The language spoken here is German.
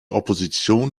opposition